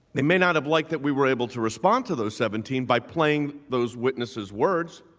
i mean out of like that we were able to respond to those seventeen by playing those witnesses words